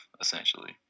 essentially